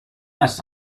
است